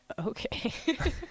okay